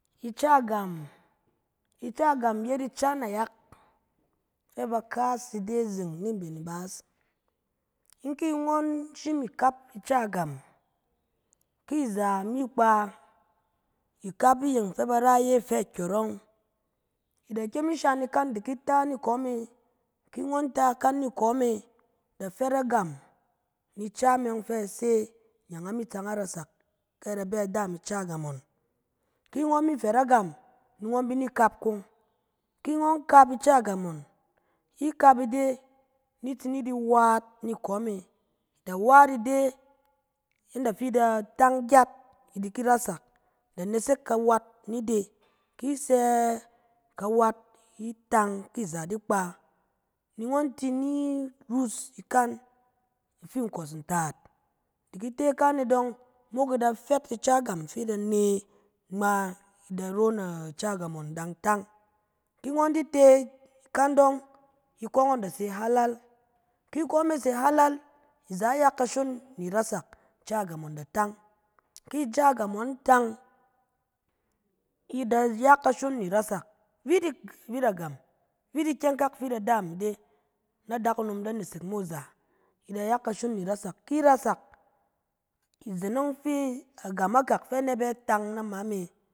Ica gam, ica gam yet ica nayak, fɛ ba kas ide zeng ni mben ibaas. In ki ngɔn shim ikap ica gam, ki izen mi kpa, ikap iyeng fɛ ba ra iye kyɔrɔng, i da kyem i shang ikan, di ki ta ni kɔ me. Ki ngɔn ta ikan ni kɔ me, da fet agam, ni ica me yɔng fɛ ase, nyan a mi tsan arasak kɛ a da bɛ adaam ica gam ɔng. Ki ngɔn mi fet agam, ni ngɔn bi ni kap kɔng. Ki ngɔn kap ica gam ɔng, ikap ide, ni tsi di waat ni kɔ me. Da waat ide inda fi i da tang gyat, i da ki rasak, da nesek kawat in de. Ki i sɛ- kawat itang, ki iza di kpa, ni ngɔn ti ni rus ikan ifi nkɔs ntaat. I di ki te ikan e dɔng mok i da fet ica gam fi i da ne ngma, i da ro na ica gam ɔng da tang. Ki ngɔn di te ikan dɔng, ikɔ ngɔn da se hala. Ki ikɔ me se hala, iza ya ni kashon irasak, ica gam ngɔn da tang. Ki ica gam ngɔn tang, i da- ya kashon ni rasak, vit-agam, vit ikyɛng kak fi i da daam ide, na adakunom da nesek mo iza, i da ya kashon irasak. Ki i rasak, izen ɔng fi agam akak fɛ bɛ tang nama me.